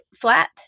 flat